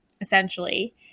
essentially